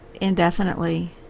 indefinitely